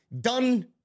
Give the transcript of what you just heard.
done